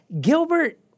Gilbert